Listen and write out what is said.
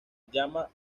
llama